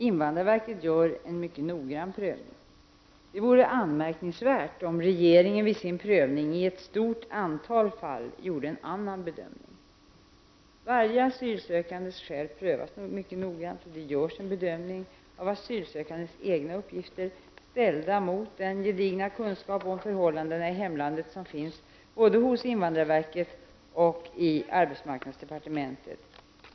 Invahdrarverket gör en mycket noggrann prövning. Det vore anmärkningsvärt om regeringen vid sin prövning i ett stort antal fall gjorde en annan bedömning. Varje asylsökandes skäl prövas mycket noggrant, och det görs en bedömning av asylsökandens egna uppgifter ställda mot den gedigna kunskap om förhållandena i hemlandet som finns både hos invandrarverket och i arbetsmarknadsdepartementet.